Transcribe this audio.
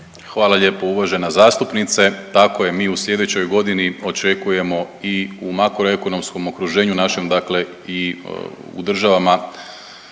Hvala lijepo uvažena zastupnice. Tako je, mi u sljedećoj godini očekujemo i u makroekonomskom okruženju našem, dakle i u državama